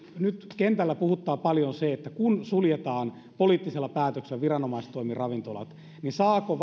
nyt kentällä puhuttaa paljon se että kun suljetaan poliittisella päätöksellä viranomaistoimin ravintolat niin saavatko